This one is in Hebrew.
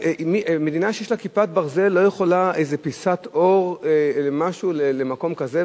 במדינה שיש לה "כיפת ברזל" לא יכולה להיות איזו פיסת אור במקום כזה,